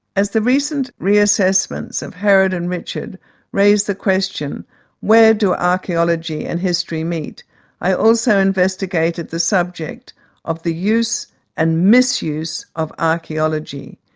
as the recent reassessments of herod and richard raise the question where do archaeology and history meet i also investigated the subject of the use and misuse of archaeology.